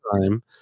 time